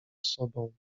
sobą